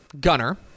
Gunner